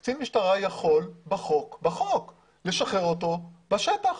קצין משטרה יכול בחוק לשחרר אותו בשטח.